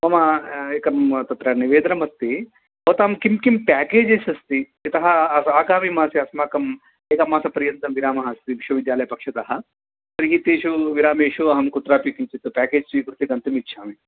मम एकं तत्र निवेदनम् अस्ति भवतां कि किं पेकेजस् अस्ति यतः आगामिमासे अस्माकम् एकमासपर्यन्तं विरामः अस्ति विश्वविद्यालयपक्षतः तर्हि तेषु विरामेषु अहं कुत्रापि किञ्चित् पेकेज् स्वीकृत्य गन्तुमिच्छामि